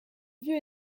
vieux